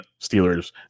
Steelers